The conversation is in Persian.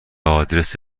آدرس